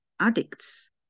addicts